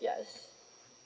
yes